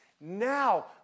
now